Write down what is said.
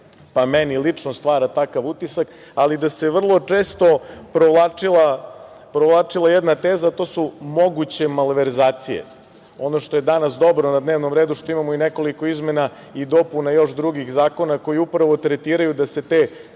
pa meni lično stvara takav utisak, ali da se vrlo često provlačila jedna teza, a to su - moguće malverzacije. Ono što je danas dobro, a na dnevnom redu, što imamo nekoliko izmena i dopuna još drugih zakona koji upravo tretiraju da se te,